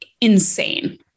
insane